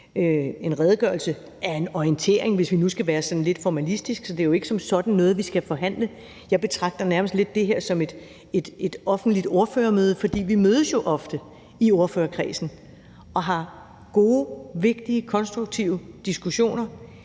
En redegørelse er en orientering, hvis vi nu skal være sådan lidt formalistiske. Det er jo ikke som sådan noget, vi skal forhandle. Jeg betragter nærmest lidt det her som et offentligt ordførermøde, for vi mødes jo ofte i ordførerkredsen og har gode, vigtige og konstruktive diskussioner